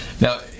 Now